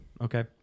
Okay